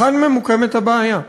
היכן ממוקמת הבעיה?